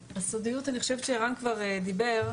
אני חושבת שערן כבר דיבר,